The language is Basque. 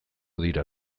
dira